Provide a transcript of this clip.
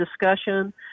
discussion